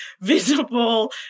visible